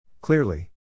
Clearly